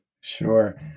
Sure